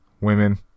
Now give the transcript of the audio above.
women